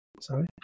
Sorry